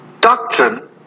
doctrine